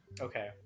Okay